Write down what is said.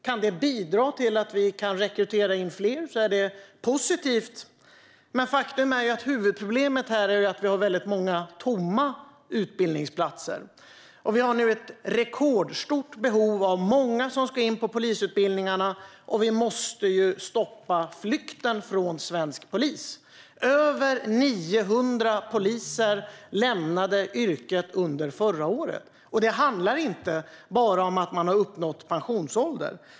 Kan det bidra till att vi kan rekrytera fler är det positivt. Men faktum är att huvudproblemet är att vi har väldigt många tomma utbildningsplatser. Vi har nu ett rekordstort behov av många som ska in på polisutbildningarna, och vi måste stoppa flykten från svensk polis. Det var över 900 poliser som lämnade yrket under förra året. Det handlar inte bara om att de har uppnått pensionsålder.